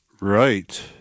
right